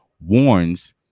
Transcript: warns